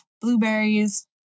Blueberries